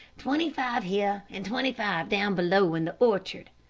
twenty-five here and twenty-five down below in the orchard.